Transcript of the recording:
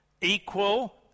equal